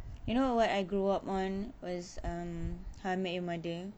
you know what I grew up on was um how I met your mother